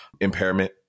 impairment